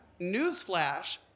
newsflash